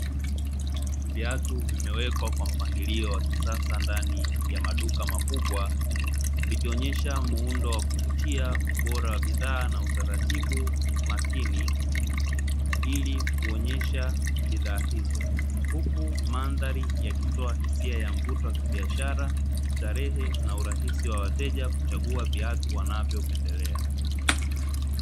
Viatu vimewekwa kwa mpangilio wa kisasa ndani ya maduka makubwa ikionyesha muundo wa kuvutia ubora wa bidhaa na utaratibu makini ili kuonyesha bidhaa hizo; huku mandhari yakitoa hisia ya mvuto kibiashara, starehe na urahisi wa wateja kuchagua viatu wanavyopendelea.